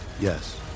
Yes